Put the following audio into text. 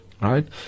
right